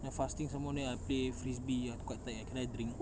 then fasting some more then I play frisbee ah quite tired ah can I drink